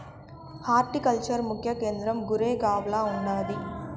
horticulture ముఖ్య కేంద్రం గురేగావ్ల ఉండాది